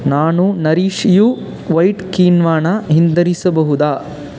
ನಾನು ನರಿಷ್ ಯು ವೈಟ್ ಕೀನ್ವಾನ ಹಿಂದಿರುಸಬಹುದ